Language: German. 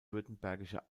württembergische